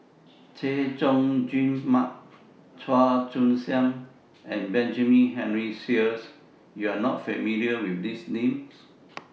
Chay Jung Jun Mark Chua Joon Siang and Benjamin Henry Sheares YOU Are not familiar with These Names